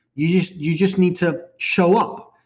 you you just need to show up.